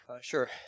Sure